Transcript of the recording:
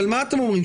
אבל מה אתם אומרים?